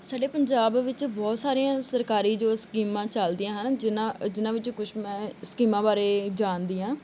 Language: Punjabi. ਸਾਡੇ ਪੰਜਾਬ ਵਿੱਚ ਬਹੁਤ ਸਾਰੀਆਂ ਸਰਕਾਰੀ ਜੋ ਸਕੀਮਾਂ ਚੱਲਦੀਆਂ ਹਨ ਜਿਨ੍ਹਾਂ ਜਿਨ੍ਹਾਂ ਵਿੱਚੋਂ ਕੁਛ ਮੈਂ ਸਕੀਮਾਂ ਬਾਰੇ ਜਾਣਦੀ ਹਾਂ